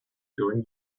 doing